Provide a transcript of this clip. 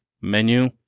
menu